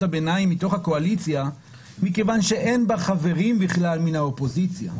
הביניים מתוך הקואליציה מכיוון שאין בה חברים בכלל מן האופוזיציה.